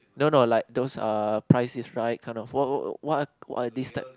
no no like those err pricey right kind of work what what I this type